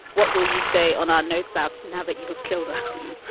what will you say on our notes up now that you have killed us?